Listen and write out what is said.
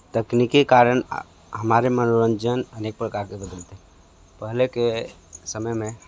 तकनीकी कारण हमारे मनोरंजन अनेक प्रकार के बदलते हैं पहले के समय में